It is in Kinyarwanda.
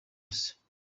hose